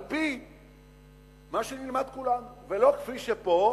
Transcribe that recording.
על-פי מה שנלמד כולנו, ולא כפי שפה